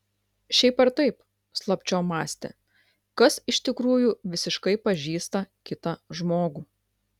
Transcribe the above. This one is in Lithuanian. šiaip ar taip slapčiom mąstė kas iš tikrųjų visiškai pažįsta kitą žmogų